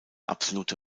absolute